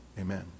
Amen